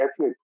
ethnic